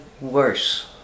worse